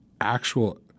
actual